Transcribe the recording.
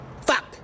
Fuck